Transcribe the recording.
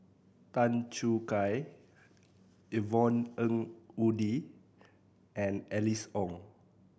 Tan Choo Kai Yvonne Ng Uhde and Alice Ong